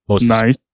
nice